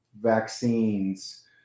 vaccines